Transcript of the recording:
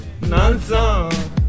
nonsense